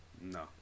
No